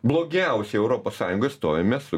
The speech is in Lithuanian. blogiausiai europos sąjungoj stovime su